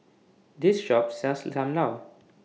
This Shop sells SAM Lau